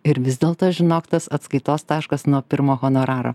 ir vis dėlto žinok tas atskaitos taškas nuo pirmo honoraro